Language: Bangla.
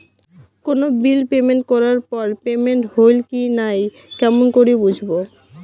কোনো বিল পেমেন্ট করার পর পেমেন্ট হইল কি নাই কেমন করি বুঝবো?